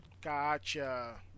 Gotcha